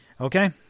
Okay